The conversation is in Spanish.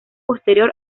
posterior